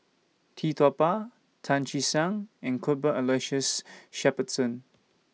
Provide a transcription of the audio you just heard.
Tee Tua Ba Tan Che Sang and Cuthbert Aloysius Shepherdson